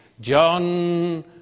John